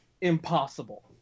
impossible